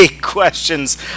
questions